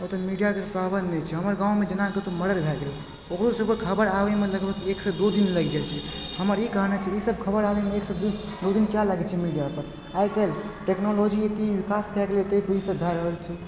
ओतऽ मीडियाके प्रबन्ध नहि छै हमर गाँवमे जेना कतहु मर्डर भए गेलय ओकरो सबके खबर आबयमे लगभग एकसँ दू दिन लागि जाइ छै हमर ई कहने छै ई सब खबर आबयमे एकसँ दू दू दिन किएक लगय छै मीडियाके आइ काल्हि टेक्नोलॉजी अते विकास कए गेलय तैपर ईसब भए रहल छै